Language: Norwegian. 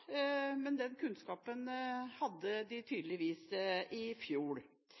Men den kunnskapen hadde de tydeligvis i fjor.